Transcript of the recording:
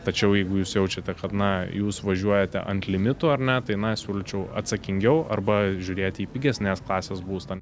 tačiau jeigu jūs jaučiate kad na jūs važiuojate ant limitų ar ne tai na siūlyčiau atsakingiau arba žiūrėti į pigesnės klasės būstą